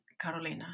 Carolina